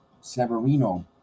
Severino